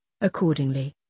Accordingly